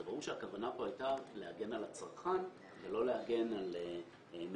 זה ברור שהכוונה פה היתה להגן על הצרכן ולא להגן על מקבלי